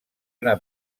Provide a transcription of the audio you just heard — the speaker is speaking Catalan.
una